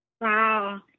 Wow